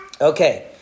Okay